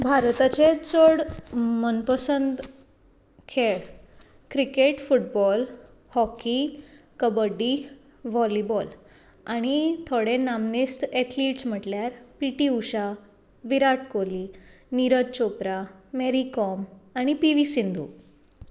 भारताचे चड मनपसंद खेळ cricket football hockey kabaddi volleyball आनी थोडे नामनेस्त एथलीट म्हणल्यार पिटी उशा विराट कोली निरज चोप्रा मॅरी कॉम आनी पिवी सिंदू